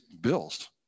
bills